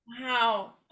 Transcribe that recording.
wow